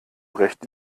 recht